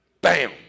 Bam